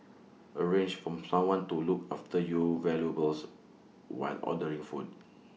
arrange for someone to look after your valuables while ordering food